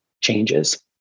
changes